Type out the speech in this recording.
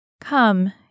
Come